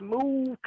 Smooth